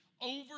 over